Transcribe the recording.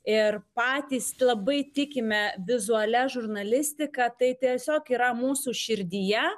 ir patys labai tikime vizualia žurnalistika tai tiesiog yra mūsų širdyje